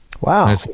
Wow